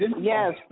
Yes